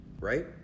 right